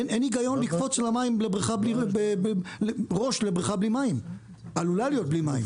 אין היגיון לקפוץ ראש לבריכה שעלולה להיות בלי מים.